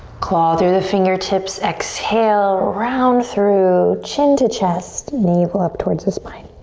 claw through the fingertips. exhale, round through, chin to chest, navel up towards the spine.